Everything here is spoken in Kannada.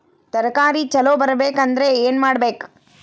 ತರಕಾರಿ ಛಲೋ ಬರ್ಬೆಕ್ ಅಂದ್ರ್ ಏನು ಮಾಡ್ಬೇಕ್?